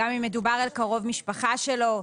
גם אם מדובר על קרוב משפחה שלו,